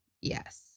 Yes